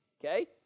Okay